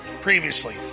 previously